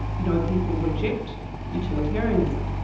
you know, people reject utilitarianism,